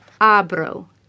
Abro